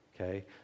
Okay